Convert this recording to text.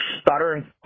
stuttering